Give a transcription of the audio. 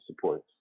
supports